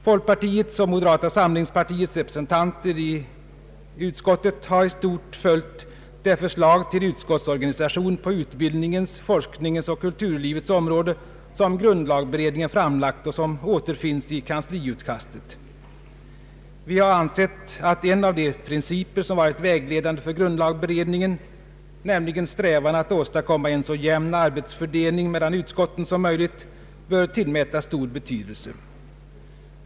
Folkpartiets och moderata samlingspartiets representanter i utskottet har i stort följt det förslag till utskottsorganisation på utbildningens, forskningens och kulturlivets områden som grundlagberedningen framlagt och som återfinnes i kansliutkastet. Vi har ansett att en av de principer som varit vägledande för grundlagberedningen — nämligen strävan att åstadkomma en så jämn arbetsfördelning mellan utskotten som möjligt — bör tillmätas stor betydelse.